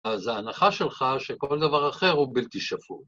אז ההנחה שלך שכל דבר אחר הוא בלתי שפוט.